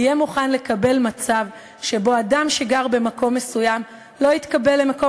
יהיה מוכן לקבל מצב שבו אדם שגר במקום מסוים לא יתקבל למקום